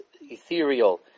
ethereal